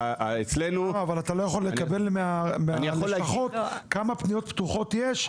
אבל אתה לא יכול לקבל מהמשפחות כמה פניות פתוחות יש?